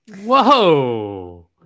Whoa